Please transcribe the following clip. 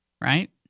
right